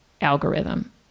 algorithm